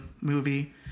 movie